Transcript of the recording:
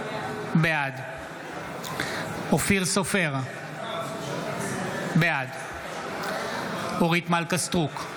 בעד אופיר סופר, בעד אורית מלכה סטרוק,